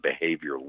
behavior